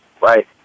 right